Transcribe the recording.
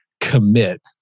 commit